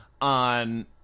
on